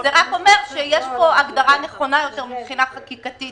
זה רק אומר שיש פה הגדרה נכונה יותר מבחינה חקיקתית,